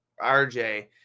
RJ